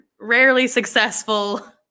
rarely-successful